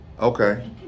Okay